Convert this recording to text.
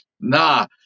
Nah